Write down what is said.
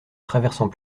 traversant